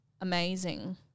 amazing